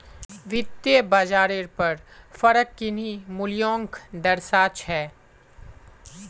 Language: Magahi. वित्तयेत बाजारेर पर फरक किन्ही मूल्योंक दर्शा छे